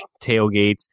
tailgates